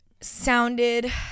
sounded